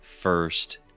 first